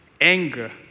anger